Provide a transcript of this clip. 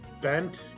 bent